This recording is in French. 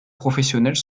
professionnels